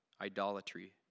idolatry